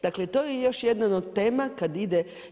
Dakle, to je još jedna od tema kad ide.